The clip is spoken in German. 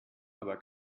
aber